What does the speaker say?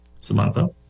Samantha